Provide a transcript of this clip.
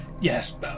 Yes